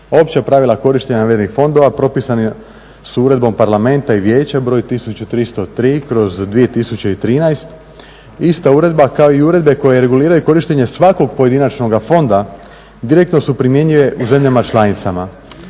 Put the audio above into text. Opća pravila korištenja … fondova propisani su Uredbom parlamenta i vijeća broj 1303/2013. Ista uredba kao i uredbe koje reguliraju korištenje svakog pojedinačnoga fonda direktno su primjenjive u zemljama članicama.